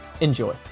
Enjoy